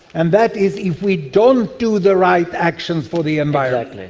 and that is if we don't do the right actions for the environment.